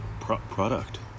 product